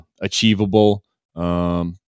achievable